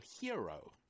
hero